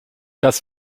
das